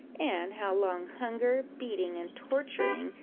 and how long hunger, beating, and torturing,